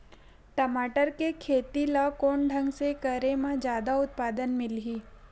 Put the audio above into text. टमाटर के खेती ला कोन ढंग से करे म जादा उत्पादन मिलही?